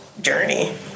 journey